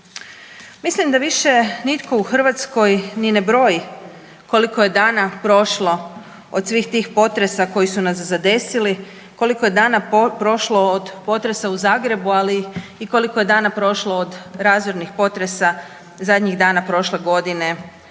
Mislim da više nitko u Hrvatskoj ni ne broji koliko je dana prošlo od svih tih potresa koji su nas zadesili, koliko je dana prošlo od potresa u Zagrebu, ali koliko je dana prošlo od razornih potresa zadnjih dana prošle godine